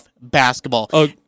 basketball